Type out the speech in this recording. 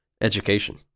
Education